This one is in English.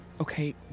Okay